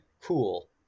cool